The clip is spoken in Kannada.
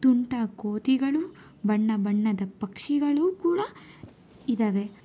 ತುಂಟ ಕೋತಿಗಳು ಬಣ್ಣ ಬಣ್ಣದ ಪಕ್ಷಿಗಳೂ ಕೂಡ ಇದವೆ